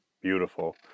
Beautiful